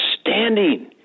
standing